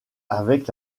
avec